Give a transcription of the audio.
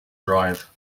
drive